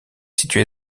situé